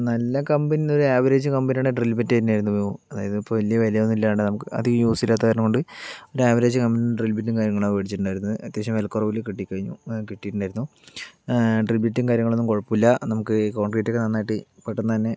നല്ല കമ്പനി ഒരു ആവറേജ് കമ്പനിയുടെ ഡ്രിൽ ബിറ്റ് തന്നെയായിരുന്നു അതായത് ഇപ്പോൾ വലിയ വിലയൊന്നും ഇല്ലാണ്ട് നമുക്ക് അധികം യൂസ് ഇല്ലാത്ത കാരണം കൊണ്ട് ഒരു ആവറേജ് കമ്പനിയുടെ ഡ്രിൽ ബിറ്റും കാര്യങ്ങളാണ് മേടിച്ചിട്ടുണ്ടായിരുന്നത് അത്യാവശ്യം വിലക്കുറവില് കിട്ടി കഴിഞ്ഞു കിട്ടിട്ടുണ്ടായിരുന്നു ഡ്രിൽ ബിറ്റും കാര്യങ്ങളൊന്നും കുഴപ്പമില്ല നമുക്ക് കോൺക്രീറ്റ് ഒക്കെ നന്നായിട്ട് പെട്ടന്ന് തന്നെ